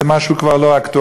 זה כבר משהו לא אקטואלי,